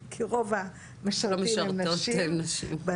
כי רוב המשרתות הן נשים.